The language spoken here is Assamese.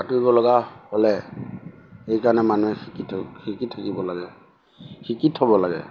সাঁতুৰিব লগা হ'লে সেইকাৰণে মানুহে শিকি থ শিকি থাকিব লাগে শিকি থ'ব লাগে